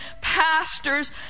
pastors